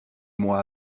mois